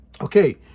Okay